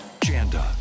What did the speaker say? Janda